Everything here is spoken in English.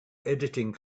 editing